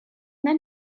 then